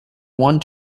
one